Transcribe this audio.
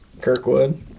Kirkwood